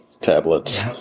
tablets